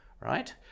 Right